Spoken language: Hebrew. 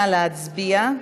נא להצביע.